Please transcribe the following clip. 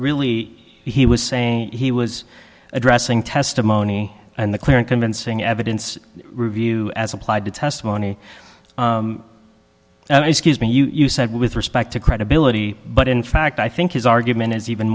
really he was saying he was addressing testimony in the clear and convincing evidence review as applied to testimony and i scuse me you've said with respect to credibility but in fact i think his argument is even